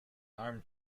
arm